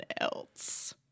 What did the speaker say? else